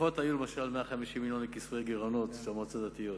התוספות היו 150 מיליון לכיסוי גירעונות של מועצות דתיות,